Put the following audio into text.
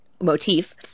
motif